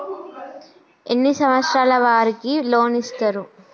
ఎన్ని సంవత్సరాల వారికి లోన్ ఇస్తరు?